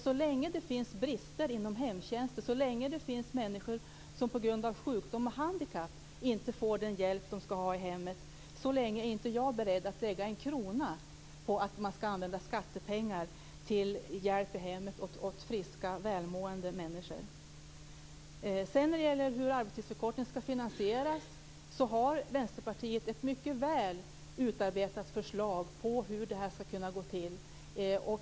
Så länge det finns brister inom hemtjänsten, så länge det finns människor som på grund av sjukdom och handikapp inte får den hjälp som de skall ha i hemmet, är inte jag beredd att lägga en krona på att man skall använda skattepengar till hjälp i hemmet åt friska välmående människor. När det gäller hur arbetstidsförkortningen skall finansieras har Vänsterpartiet ett mycket väl utarbetat förslag på hur det skall kunna gå till.